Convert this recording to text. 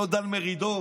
לא דן מרידור,